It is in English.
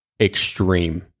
extreme